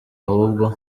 ahubwo